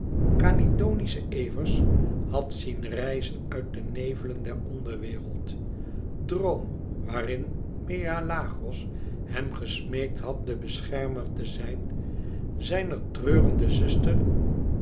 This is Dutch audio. kalydonischen evers had zien rijzen uit de nevelen der onderwereld droom waarin meleagros hem gesmeekt had de beschermer te zijn zijner treurende zuster